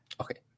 Okay